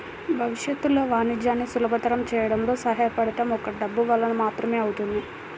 భవిష్యత్తులో వాణిజ్యాన్ని సులభతరం చేయడంలో సహాయపడటం ఒక్క డబ్బు వలన మాత్రమే అవుతుంది